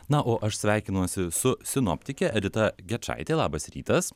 na o aš sveikinuosi su sinoptikė edita gečaitė labas rytas